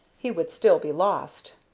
he would still be lost.